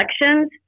elections